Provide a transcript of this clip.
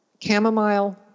chamomile